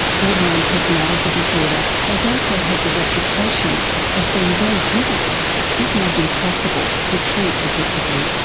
borderline personality disorder has also had the reputation of being very difficult if not impossible to treat effectively.